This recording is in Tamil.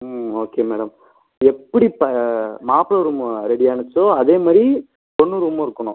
ம் ஓகே மேடம் எப்படி இப்போ மாப்ளை ரூம்மு ரெடி ஆகுச்சோ அதேமாரி பொண்ணு ரூமும் இருக்கணும்